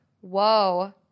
Whoa